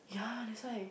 ya that's why